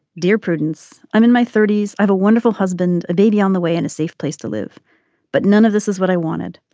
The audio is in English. dear prudence i'm in my thirty s. i've a wonderful husband a baby on the way in a safe place to live but none of this is what i wanted.